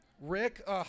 Rick